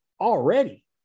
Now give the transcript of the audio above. already